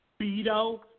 Beto